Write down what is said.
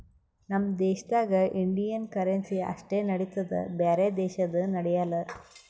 ನಮ್ ದೇಶದಾಗ್ Indian currency ಅಷ್ಟೇ ನಡಿತ್ತುದ್ ಬ್ಯಾರೆ ದೇಶದು ನಡ್ಯಾಲ್